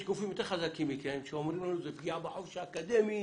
יש גופים חזקים מכם שאומרים לנו שזו פגיעה בחופש האקדמי,